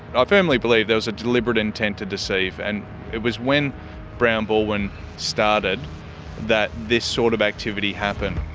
i firmly believe there was a deliberate intent to deceive. and it was when brown baldwin started that this sort of activity happened.